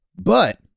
But-